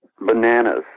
bananas